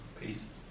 peace